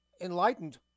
enlightened